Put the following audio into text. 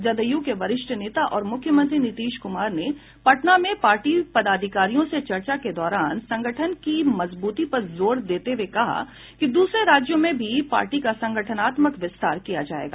जदयू के वरिष्ठ नेता और मुख्यमंत्री नीतीश कुमार ने पटना में पार्टी पदाधिकारियों से चर्चा के दौरान संगठन की मजबूती पर जोर देते हुये कहा कि दूसरे राज्यों में भी पार्टी का संगठनात्मक विस्तार किया जायेगा